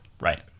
right